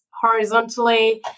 horizontally